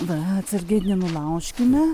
va atsargiai nenulaužkime